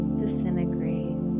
disintegrate